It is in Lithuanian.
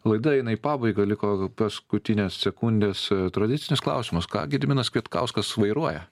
laida eina į pabaigą liko paskutinės sekundės tradicinis klausimas ką gediminas kvietkauskas vairuoja